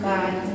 God